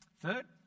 Third